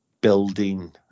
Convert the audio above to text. building